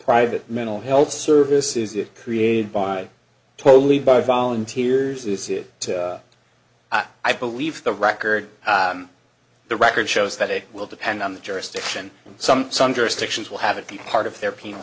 private mental health service is it created by totally by volunteers is it to i believe the record the record shows that it will depend on the jurisdiction and some some jurisdictions will have it be part of their p